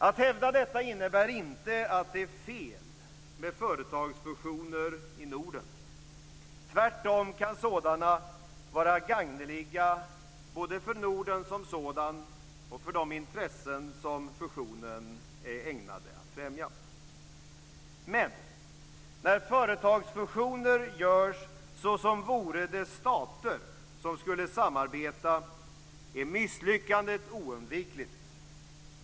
Att hävda detta innebär inte att man anser att det är fel med företagsfusioner i Norden. Tvärtom kan sådana vara gagneliga både för Norden som sådant och för de intressen som fusionen är ägnad att främja. Men när företagsfusioner genomförs såsom vore det stater som skulle samarbeta är misslyckandet oundvikligt.